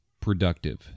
productive